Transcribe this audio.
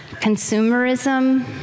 Consumerism